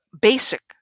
basic